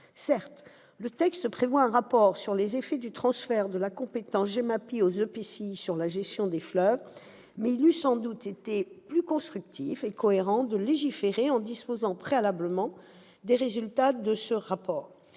Certes, le texte prévoit un rapport sur les effets du transfert de la compétence GEMAPI aux EPCI sur la gestion des fleuves. Mais il eût sans doute été plus constructif et cohérent de légiférer en disposant préalablement des résultats de ce rapport.